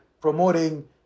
promoting